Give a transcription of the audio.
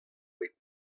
bet